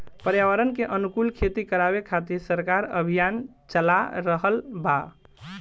पर्यावरण के अनुकूल खेती करावे खातिर सरकार अभियान चाला रहल बा